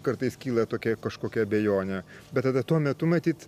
kartais kyla tokia kažkokia abejonė bet tada tuo metu matyt